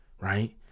right